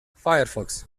firefox